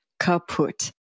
kaput